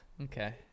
Okay